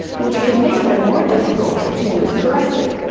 which can make them more difficult to use correctly.